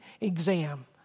exam